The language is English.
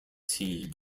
team